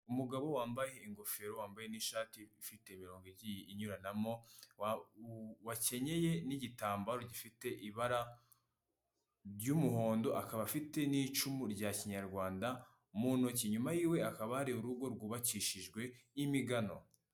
Umugabo wambaye ingofero, wambaye n'ishati ifite imirongo igiye inyuranamo, wakenyeye n'igitambaro gifite ibara ry'umuhondo, akaba afite n'icumu rya kinyarwanda mu ntoki, inyuma yiwe hakaba hari urugo rwubakishijwe imigano.